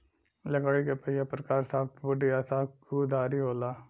लकड़ी क पहिला प्रकार सॉफ्टवुड या सकुधारी होला